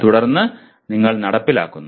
തുടർന്ന് നിങ്ങൾ നടപ്പിലാക്കുന്നു